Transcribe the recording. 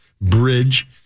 Bridge